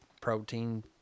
protein